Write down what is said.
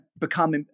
become